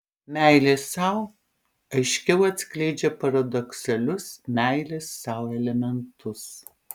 meilė sau aiškiau atskleidžia paradoksalius meilės sau elementus